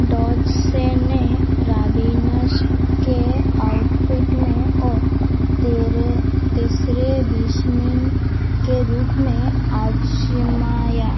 Dodgers ने Robins के outfit में और तेरे तीसरे के रूप में आज़माया